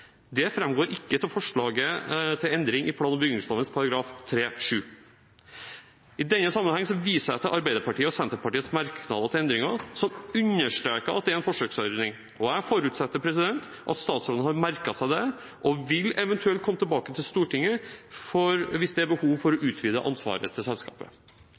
I denne sammenheng viser jeg til Arbeiderpartiet og Senterpartiets merknader til endringen, som understreker at det er en forsøksordning. Jeg forutsetter at statsråden har merket seg det og eventuelt vil komme tilbake til Stortinget hvis det er behov for å utvide ansvaret til selskapet.